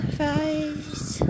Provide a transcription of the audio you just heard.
face